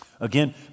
Again